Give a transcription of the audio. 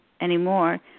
anymore